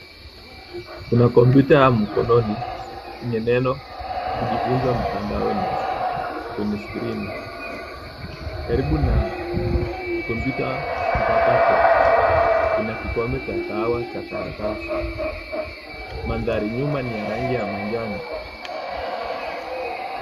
Kuna kompyuta ya mkononi yenye neno kujifunza mtandaoni kwenye skrini. Karibu na kompyuta mpakato kuna kikombe cha kahawa cha karatasi. Mandhari nyuma ni ya rangi ya manjano.